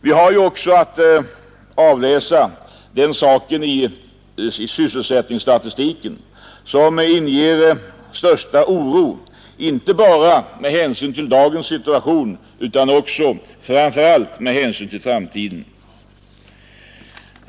Vi kan också avläsa den saken i sysselsättningsstatistiken, som inger största oro inte bara med hänsyn till dagens situation utan också med hänsyn till framtiden.